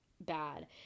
bad